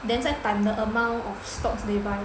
then 再 time the amount of stocks they buy